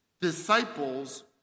disciples